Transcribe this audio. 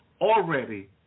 already